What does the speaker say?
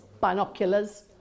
binoculars